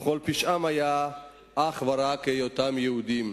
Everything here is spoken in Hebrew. וכל פשעם היה אך ורק היותם יהודים.